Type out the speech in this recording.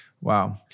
Wow